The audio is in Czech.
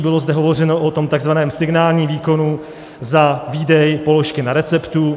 Bylo zde hovořeno o tom tzv. signálním výkonu za výdej položky na receptu.